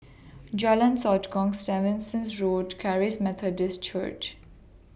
Jalan Sotong Stevens Road Charis Methodist Church